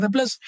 Plus